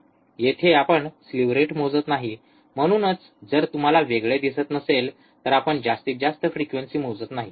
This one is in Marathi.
येथे आपण स्लीव्ह रेट मोजत नाही म्हणूनच जर तुम्हाला वेगळे दिसत नसेल तर आपण जास्तीत जास्त फ्रिक्वेंसी मोजत नाही